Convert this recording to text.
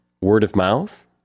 word-of-mouth